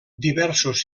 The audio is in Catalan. diversos